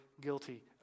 guilty